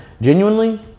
Genuinely